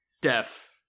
deaf